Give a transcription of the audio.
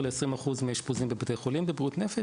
ל-20 אחוז מהאשפוזים בבתי חולים בבריאות הנפש,